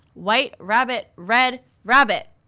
white rabbit, red rabbit.